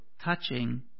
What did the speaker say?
touching